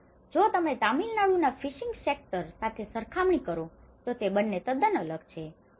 પરંતુ જો તમે તામિલનાડુના ફિશિંગ સેક્ટર સાથે સરખામણી કરો તો તે બંને તદ્દન અલગ છે